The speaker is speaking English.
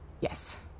Yes